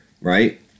right